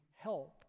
help